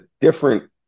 different